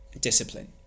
discipline